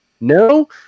No